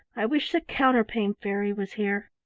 i wish the counterpane fairy was here!